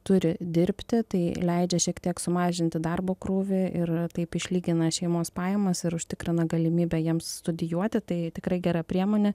turi dirbti tai leidžia šiek tiek sumažinti darbo krūvį ir taip išlygina šeimos pajamas ir užtikrina galimybę jiems studijuoti tai tikrai gera priemonė